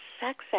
sex